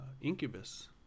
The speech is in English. Incubus